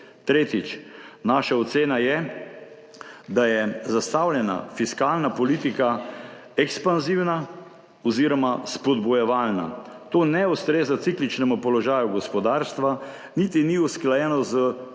Tretjič, naša ocena je, da je zastavljena fiskalna politika ekspanzivna oziroma spodbujevalna. To ne ustreza cikličnemu položaju gospodarstva niti ni usklajeno z zaostreno